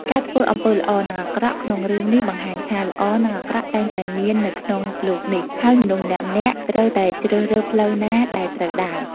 ការធ្វើអំពើល្អ និងអាក្រក់ក្នុងរឿងនេះបង្ហាញថា ល្អ និងអាក្រក់ តែងតែមាននៅក្នុងលោកនេះ ហើយមនុស្សម្នាក់ៗត្រូវតែជ្រើសរើសផ្លូវណាដែលត្រូវដើរ ។